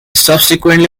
subsequently